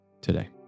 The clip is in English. today